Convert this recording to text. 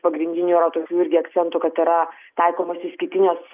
pagrindinių yra tokių irgi akcentų kad yra taikomos išskirtinės